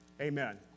Amen